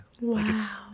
Wow